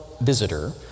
visitor